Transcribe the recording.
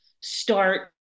start